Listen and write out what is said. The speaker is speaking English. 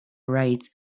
writes